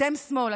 אתם שמאל,